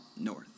north